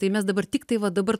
tai mes dabar tiktai va dabar